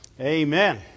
Amen